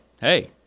hey